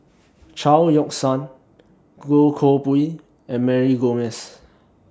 Chao Yoke San Goh Koh Pui and Mary Gomes